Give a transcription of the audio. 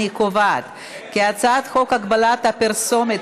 אני קובעת כי הצעת חוק הגבלת הפרסומת